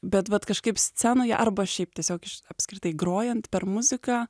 bet vat kažkaip scenoje arba šiaip tiesiog apskritai grojant per muziką